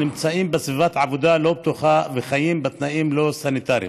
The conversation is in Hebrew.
נמצאים בסביבת עבודה לא בטוחה וחיים בתנאים לא סניטריים.